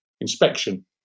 inspection